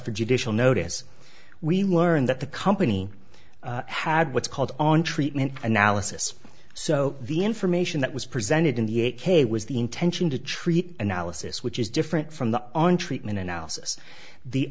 for judicial notice we learned that the company had what's called on treatment analysis so the information that was presented in the eight k was the intention to treat analysis which is different from the on treatment an